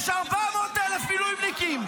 יש 400,000 מילואימניקים.